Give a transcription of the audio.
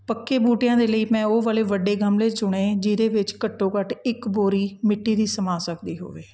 ਪੱਕੇ ਬੂਟਿਆਂ ਦੇ ਲਈ ਮੈਂ ਉਹ ਵਾਲੇ ਵੱਡੇ ਗਮਲੇ ਚੁਣੇ ਜਿਹਦੇ ਵਿੱਚ ਘੱਟੋ ਘੱਟ ਇੱਕ ਬੋਰੀ ਮਿੱਟੀ ਦੀ ਸਮਾ ਸਕਦੀ ਹੋਵੇ